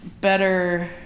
better